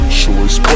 choice